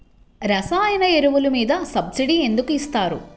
రసాయన ఎరువులు మీద సబ్సిడీ ఎందుకు ఇస్తారు?